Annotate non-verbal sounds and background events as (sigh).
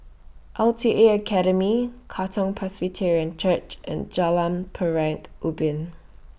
L T A Academy Katong Presbyterian Church and Jalan (unintelligible) Ubin